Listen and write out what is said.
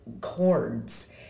chords